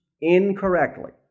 incorrectly